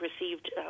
received